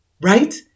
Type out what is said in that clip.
right